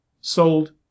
sold